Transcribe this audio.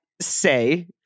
say